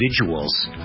individuals